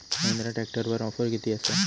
महिंद्रा ट्रॅकटरवर ऑफर किती आसा?